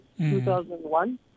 2001